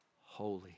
holy